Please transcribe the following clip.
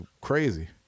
crazy